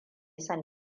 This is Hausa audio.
son